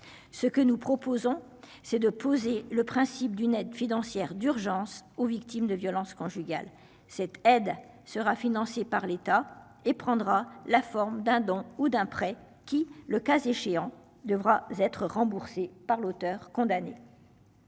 Ce que nous proposons c'est de poser le principe d'une aide financière d'urgence aux victimes de violences conjugales. Cette aide sera financée par l'État et prendra la forme d'un don ou d'un prêt qui le cas échéant devra être remboursé par l'auteur condamné.